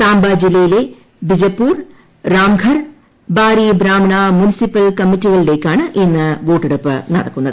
സാംബ ജില്ലയിലെ ബിജപൂർ രാംഘർ ബാരി ബ്രാഹ്മണ മുനിസിപ്പൽ കമ്മിറ്റികളിലേക്കാണ് ഇന്ന് വോട്ടെടുപ്പ് നടക്കുന്നത്